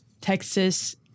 Texas